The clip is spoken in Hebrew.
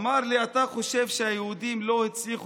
הוא אמר לי: אתה חושב שהיהודים לא הצליחו